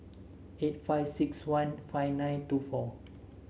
eight five six one five nine two four